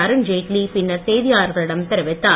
அருண்ஜெய்ட்லி பின்னர் செய்தியாளர்களிடம் தெரிவித்தார்